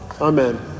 amen